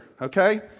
okay